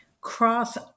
cross